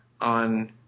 on